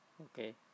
Okay